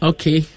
Okay